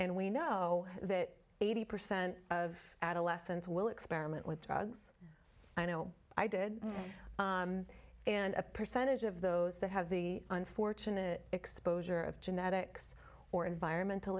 and we know that eighty percent of adolescents will experiment with drugs i know i did and a percentage of those that have the unfortunate exposure of genetics or environmental